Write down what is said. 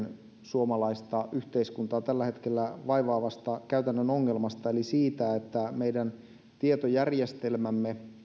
suomalaista yhteiskuntaa tällä hetkellä kaikkein eniten vaivaavasta käytännön ongelmasta eli siitä että meidän tietojärjestelmämme